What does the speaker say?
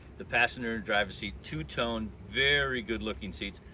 the passenger and driver seat, two-tone, very good looking seats,